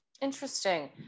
Interesting